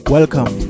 Welcome